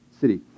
city